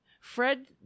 Fred